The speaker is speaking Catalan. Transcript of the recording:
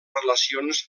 relacions